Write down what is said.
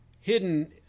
hidden